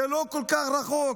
זה לא כל כך רחוק.